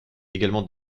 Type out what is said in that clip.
également